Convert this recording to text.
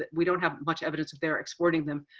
we don't have much evidence of their exporting them,